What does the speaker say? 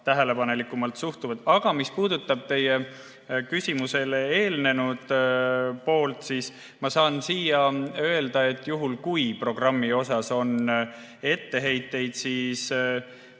tähelepanelikumalt suhtuvad. Aga mis puudutab teie küsimusele eelnenud poolt, siis ma saan siinkohal öelda, et juhul kui programmi suhtes on etteheiteid, siis